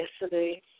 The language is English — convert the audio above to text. yesterday